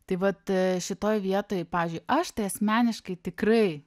tai vat šitoj vietoj pavyzdžiui aš tai asmeniškai tikrai